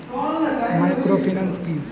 Microfinance কি?